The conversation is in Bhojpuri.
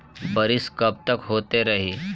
बरिस कबतक होते रही?